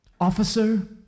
Officer